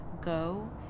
Go